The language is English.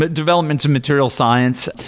but developments in material science.